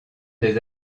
des